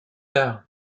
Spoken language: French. tard